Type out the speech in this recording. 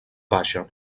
baixa